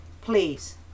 please